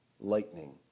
lightning